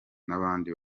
n’abandi